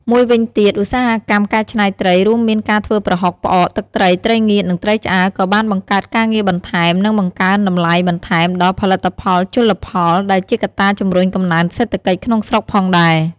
មួយវិញទៀតឧស្សាហកម្មកែច្នៃត្រី រួមមានការធ្វើប្រហុក ផ្អក ទឹកត្រី ត្រីងៀត និងត្រីឆ្អើរ ក៏បានបង្កើតការងារបន្ថែម និងបង្កើនតម្លៃបន្ថែមដល់ផលិតផលជលផល ដែលជាកត្តាជំរុញកំណើនសេដ្ឋកិច្ចក្នុងស្រុកផងដែរ។